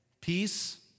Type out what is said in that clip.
Peace